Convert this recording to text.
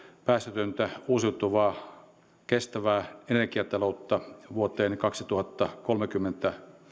päästötöntä uusiutuvaa kestävää energiataloutta vuoteen kaksituhattakolmekymmentä